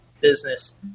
business